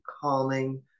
calming